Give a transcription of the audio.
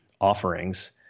offerings